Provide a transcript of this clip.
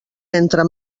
entre